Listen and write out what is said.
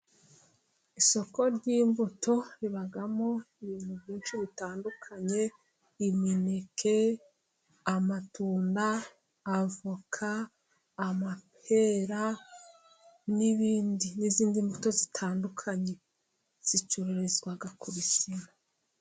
Isoko ry'imbuto ribamo ibintu byinshi bitandukanye: Imineke, amatunda, avoka, amapera n'izindi mbuto zitandukanye, Zicururizwa ku bisima.